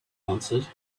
answered